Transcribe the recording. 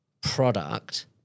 product